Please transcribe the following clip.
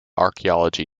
archaeology